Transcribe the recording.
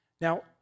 Now